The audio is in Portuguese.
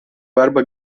barba